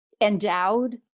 endowed